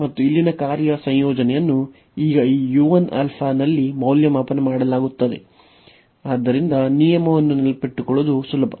ಮತ್ತು ಇಲ್ಲಿನ ಕಾರ್ಯ ಸಂಯೋಜನೆಯನ್ನು ಈಗ ಈ u 1 α ನಲ್ಲಿ ಮೌಲ್ಯಮಾಪನ ಮಾಡಲಾಗುತ್ತದೆ ಆದ್ದರಿಂದ ನಿಯಮವನ್ನು ನೆನಪಿಟ್ಟುಕೊಳ್ಳುವುದು ಸುಲಭ